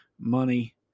money